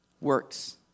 Works